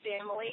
family